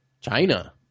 China